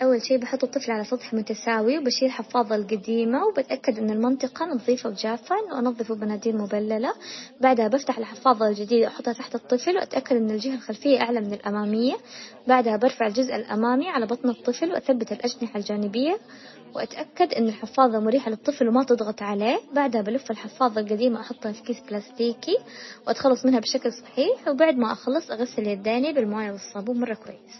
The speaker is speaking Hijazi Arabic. اول شي بحط الطفل على سطح متساوي وبشيل حفاظة القديمة، وبتأكد ان المنطقة نظيفة وجافة، وانظفه مناديل مبللة، بعدها بفتح الحفاظة الجديدة واحطها تحت الطفل، واتأكد ان الجهة الخلفية اعلى من الامامية، بعدها برفع الجزء الامامي على بطن الطفل واثبت الاجنحة الجانبية، واتأكد ان الحفاظة مريحة للطفل وما تضغط عليه، بعدها بلف الحفاظة القديمة احطها في كيس بلاستيكي، واتخلص منها بشكل صحيح، وبعد ما اخلص اغسل يديني بالموية والصابون مرة كويس.